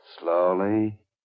Slowly